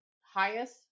highest